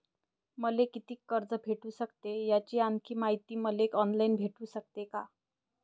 मले कितीक कर्ज भेटू सकते, याची आणखीन मायती मले ऑनलाईन भेटू सकते का?